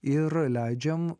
ir leidžiame